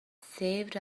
saved